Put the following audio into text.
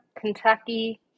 Kentucky